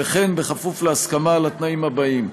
וכן בכפוף להסכמה לתנאים הבאים: